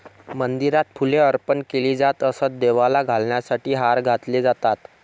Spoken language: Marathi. मंदिरात फुले अर्पण केली जात असत, देवाला घालण्यासाठी हार घातले जातात